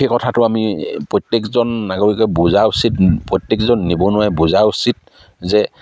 সেই কথাটো আমি প্ৰত্যেকজন নাগৰিকে বুজা উচিত প্ৰত্যেকজন নিবনুৱাই বুজা উচিত যে